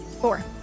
Four